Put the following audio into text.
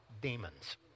demons